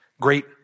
great